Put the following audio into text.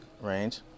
range